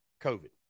COVID